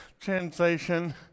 translation